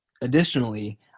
additionally